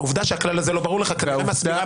העובדה שהכלל הזה לא ברור לך כנראה סבירה